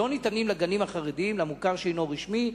ולא ניתנים לגנים החרדיים, למוכר שאינו רשמי.